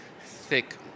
thick